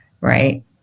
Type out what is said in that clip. Right